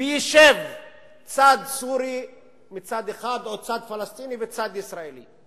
וישבו צד סורי מצד אחד או צד פלסטיני וצד ישראלי.